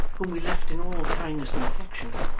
whom we left in all kindness and affection,